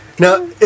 Now